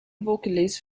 vocalist